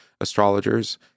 astrologers